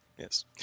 Yes